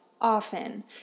often